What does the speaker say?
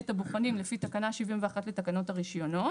את הבוחנים לפי תקנה 21 לתקנות הרישיונות.